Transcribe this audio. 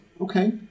okay